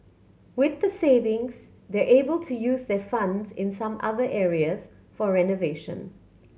with the savings they're able to use their funds in some other areas for renovation